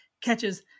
catches